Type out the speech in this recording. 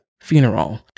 funeral